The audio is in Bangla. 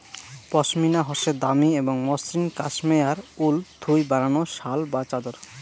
পশমিনা হসে দামি এবং মসৃণ কাশ্মেয়ার উল থুই বানানো শাল বা চাদর